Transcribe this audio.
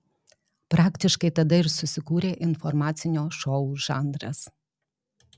praktiškai tada ir susikūrė informacinio šou žanras